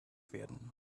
werden